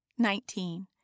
Nineteen